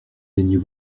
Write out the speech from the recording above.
gagnez